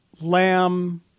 Lamb